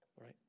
right